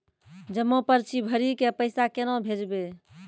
जमा पर्ची भरी के पैसा केना भेजबे?